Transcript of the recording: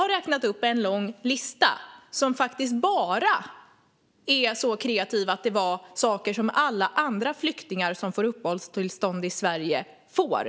Jag räknade upp saker från en lång lista över sådant som inte var mer kreativt än att det var saker som alla andra flyktingar som får uppehållstillstånd i Sverige får.